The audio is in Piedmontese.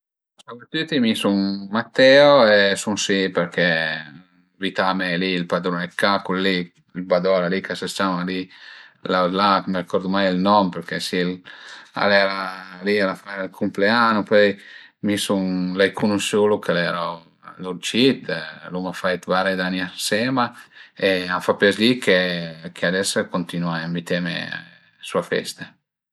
Ciau a tüti, mi sun Matteo, sun si perché al a ënvitame li ël padrun d'ca, cul li ël badola li ch'a s'ciama li, la m'ërcordu mai ël nom perché si al era li al a fait ël cumpleanno, ma pöi mi sun l'ai cunusülu ch'al eru cit, l'uma fait vaire d'ani ënsema e a m'fa piazì ch'ades a cuntinua a ënviteme a sue feste